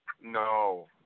No